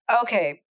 Okay